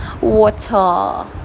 water